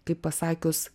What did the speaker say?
kaip pasakius